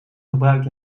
gebruikt